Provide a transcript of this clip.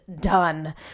done